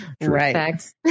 Right